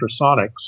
ultrasonics